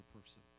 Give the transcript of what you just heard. person